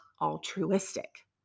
altruistic